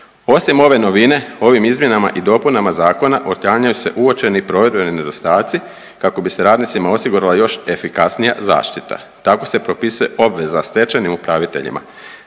Osim ove novine ovim izmjenama i dopunama zakona otklanjaju se uočeni provedbeni nedostaci kako bi se radnicima osigurala još efikasnija zaštita, tako se propisuje obveza stečajnim upraviteljima